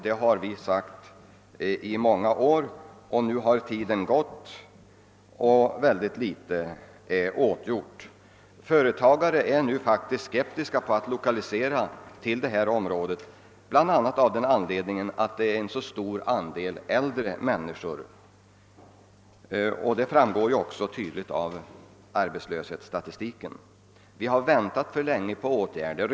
Vi har under många år framhållit att det erfordras en ändring, men man har låtit tiden gå och mycket litet är gjort. Företagarna är nu faktiskt skeptiska mot att lokalisera i detta område, bl.a. av den anledningen att andelen äldre människor är stor. Detta framgår ju också tydligt av arbetslöshetsstatistiken. Vi har fått vänta för länge på att åtgärder skulle vidtagas.